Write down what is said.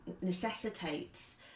necessitates